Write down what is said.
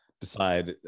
decide